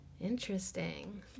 interesting